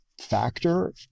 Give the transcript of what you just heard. factor